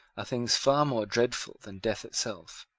things far more dreadful than death itself.